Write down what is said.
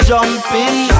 Jumping